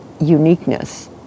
uniqueness